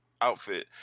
outfit